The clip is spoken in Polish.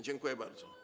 Dziękuję bardzo.